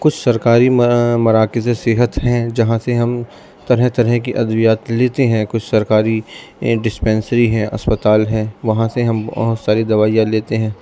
کچھ سرکاری مرا مراکز صحت ہیں جہاں سے ہم طرح طرح کی ادیات لیتے ہیں کچھ سرکاری ڈسپینسری ہیں اسپتال ہیں وہاں سے ہم بہت ساری دوائیاں لیتے ہیں